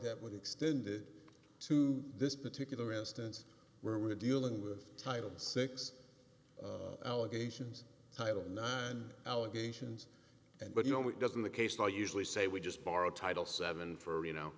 with extended to this particular instance where we're dealing with title six allegations title nine allegations and but you know it doesn't the case law usually say we just borrow title seven for you know